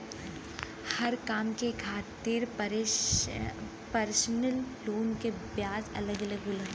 हर काम के खातिर परसनल लोन के ब्याज अलग अलग होला